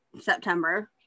September